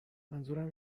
منظورم